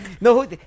No